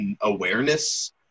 awareness